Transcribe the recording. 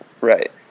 Right